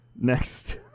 next